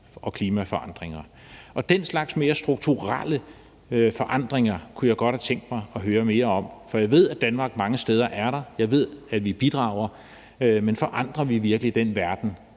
og klimaforandringer. Kl. 15:56 Den slags mere strukturelle forandringer kunne jeg godt have tænkt mig at høre mere om, for jeg ved, at Danmark er der mange steder, og jeg ved, at vi bidrager, men forandrer vi virkelig den verden